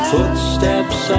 Footsteps